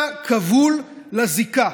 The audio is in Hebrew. אתה כבול לזיקה.